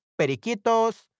periquitos